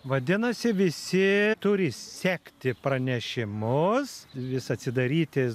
vadinasi visi turi siekti pranešimus vis atsidaryti